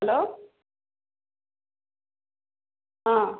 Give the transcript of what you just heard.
hello हाँ